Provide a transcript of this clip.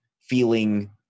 feeling